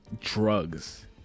drugs